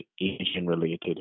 Asian-related